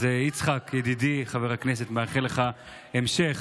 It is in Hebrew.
אז יצחק, ידידי חבר הכנסת, מאחל לך המשך